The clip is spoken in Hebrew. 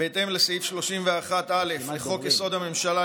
בהתאם לסעיף 31(א) לחוק-יסוד: הממשלה,